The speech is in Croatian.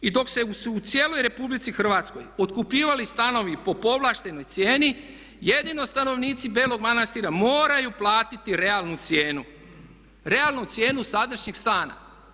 I dok su se u cijeloj RH otkupljivali stanovi po povlaštenoj cijeni jedino stanovnici Belog Manastira moraju platiti realnu cijenu, realnu cijenu sadašnjeg stana.